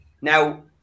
Now